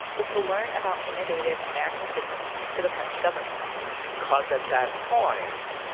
was to learn about innovative american prisons for the french government because at that point,